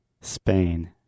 Spain